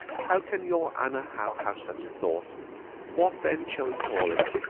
how can your anna howe have such a thought what then shall we call it?